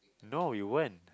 no you won't